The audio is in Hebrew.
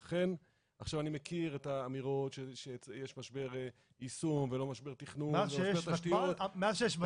אני מכיר את האמירות שיש משבר יישום ולא משבר תכנון -- מאז שיש וותמ"ל,